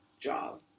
job